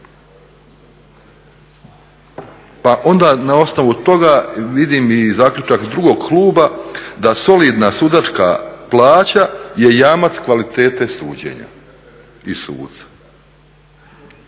Pa onda na osnovu toga vidim i zaključak drugog kluba da solidna sudačka plaća je jamac kvalitete suđenja i sudca.